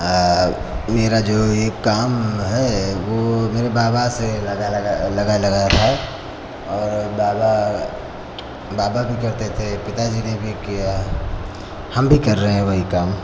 ओ मेरा जो ये काम है वो मेरे बाबा से लगा लगा लगा लगाया था और बाबा बाबा भी करते थे पिता जी ने भी किया हम भी कर रहे हैं वही काम